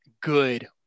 good